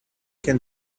can